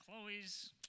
Chloe's